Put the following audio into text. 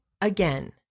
again